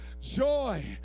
joy